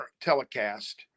telecast